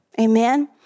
Amen